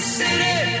city